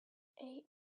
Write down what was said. eight